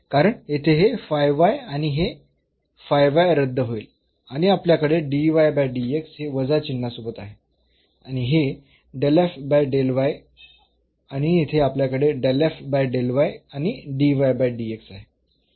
कारण येथे हे आणि हे रद्द होईल आणि आपल्याकडे हे वजा चिन्हासोबत आहे आणि हे आणि येथे आपल्याकडे आणि आहे